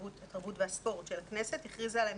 התרבות והספורט של הכנסת הכריזה עליהם